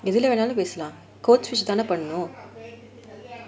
எதுல வேனா பேசலாம் கொச்சி வெச்சி தான பண்ணனும்:yaethula vennaa pesalam cochi vechi thaana pannanum